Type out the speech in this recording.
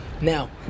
Now